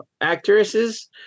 actresses